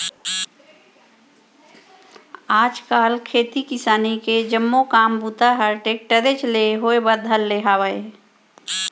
आज काल खेती किसानी के जम्मो काम बूता हर टेक्टरेच ले होए बर धर ले हावय